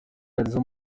miliyari